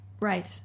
Right